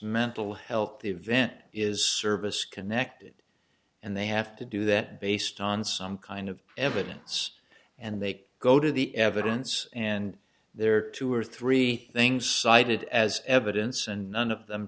mental health event is service connected and they have to do that based on some kind of evidence and they go to the evidence and there are two or three things cited as evidence and none of them